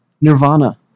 Nirvana